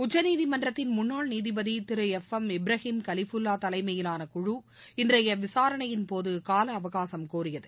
உச்சநீதிமன்றத்தின் முன்னாள் நீதிபதி திரு எப் எம் இப்ராஹிம் கலிஃபுல்லா தலைமையிலான குழு இன்றைய விசாரணையின்போது கால அவகாசம் கோரியது